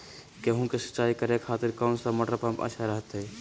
गेहूं के सिंचाई करे खातिर कौन सा मोटर पंप अच्छा रहतय?